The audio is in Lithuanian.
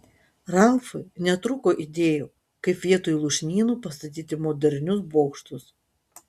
ralfui netrūko idėjų kaip vietoj lūšnynų pastatyti modernius bokštus